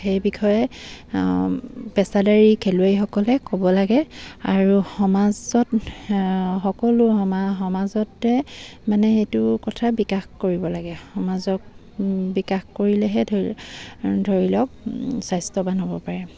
সেই বিষয়ে পেছাদাৰী খেলুৱৈসকলে ক'ব লাগে আৰু সমাজত সকলো সমাজতে মানে সেইটো কথা বিকাশ কৰিব লাগে সমাজক বিকাশ কৰিলেহে ধৰি লওক স্বাস্থ্যৱান হ'ব পাৰে